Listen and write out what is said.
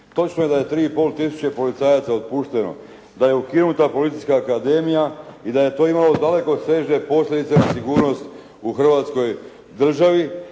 Točno je da je 3,5 tisuće policajaca otpušteno, da je ukinuta Policijska Akademija i da je to imalo dalekosežne posljedice na sigurnost u Hrvatskoj državi,